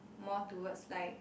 more towards like